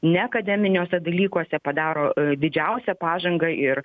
neakademiniuose dalykuose padaro didžiausią pažangą ir